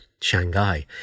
Shanghai